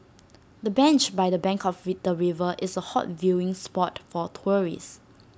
the bench by the bank of feather river is A hot viewing spot for tourists